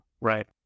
right